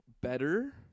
better